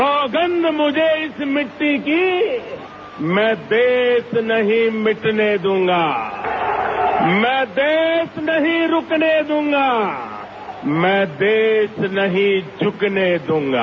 सौगंध मुझे इस मिट्टी की मैं देश नहीं मिटने दूंगा मैं देश नहीं रूकने दूंगा मैं देश नहीं झुकने दूंगा